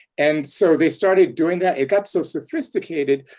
and so they started doing that. it got so sophisticated,